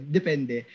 Depende